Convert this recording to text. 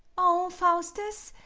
o, faustus,